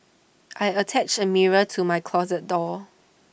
I attached A mirror to my closet door